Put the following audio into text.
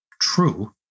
true